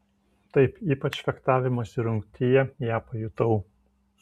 taip ypač fechtavimosi rungtyje ją pajutau